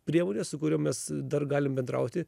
priemonės su kuriom mes dar galim bendrauti